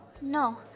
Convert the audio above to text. No